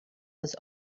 was